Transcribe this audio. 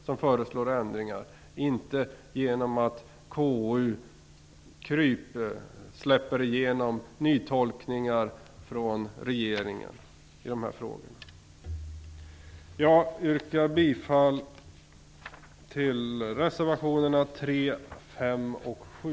Det bör inte gå till så att KU "krypsläpper" igenom nytolkningar från regeringen i de här frågorna. Jag yrkar bifall till reservationerna 3, 5 och 7.